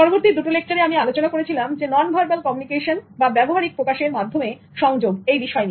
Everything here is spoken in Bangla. পরবর্তী দুটো লেকচারে আমি আলোচনা করেছিলাম নন ভার্বাল কমিউনিকেশন বা ব্যবহারিক প্রকাশের মাধ্যমে সংযোগ এই বিষয় নিয়ে